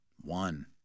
one